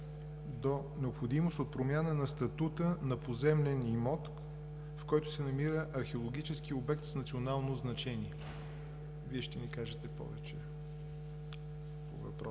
до необходимост от промяна на статута на поземлен имот, в който се намира археологически обект с национално значение. Вие ще ни кажете повече по въпроса.